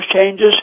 changes